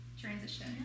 transition